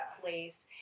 place